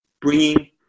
bringing